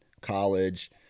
college